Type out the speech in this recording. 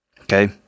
okay